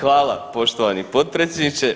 Hvala poštovani potpredsjedniče.